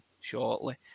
shortly